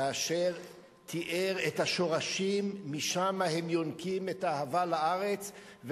כאשר תיאר את השורשים שמהם הם יונקים את האהבה לארץ,